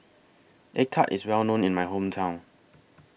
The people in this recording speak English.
Egg Tart IS Well known in My Hometown